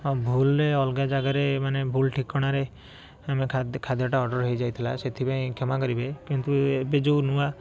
ଭୁଲରେ ଅଲଗା ଜାଗାରେ ମାନେ ଭୁଲ ଠିକଣାରେ ଆମେ ଖାଦ୍ୟ ଖାଦ୍ୟଟା ଅର୍ଡ଼ର ହେଇଯାଇଥିଲା ସେଥିପାଇଁ କ୍ଷମା କରିବେ କିନ୍ତୁ ଏବେ ଯେଉଁ ନୂଆ